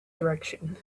direction